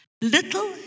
Little